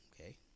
okay